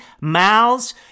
mouths